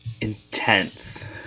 intense